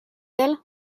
elle